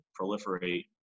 proliferate